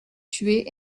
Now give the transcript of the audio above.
tuer